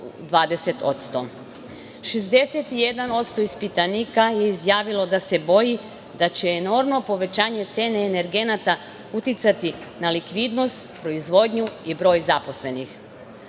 61% ispitanika je izjavilo da se boji da će enormno povećanje cene energenata uticati na likvidnost, proizvodnju i broj zaposlenih.